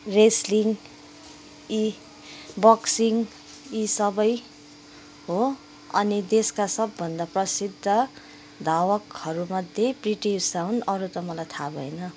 wrestling यी boxing यी सबै हो अनि देशका सबभन्दा प्रसिद्ध धावकहरूमध्ये पिटी उसा हुन् अरू त मलाई थाहा भएन